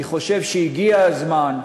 אני חושב שהגיע הזמן,